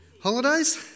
Holidays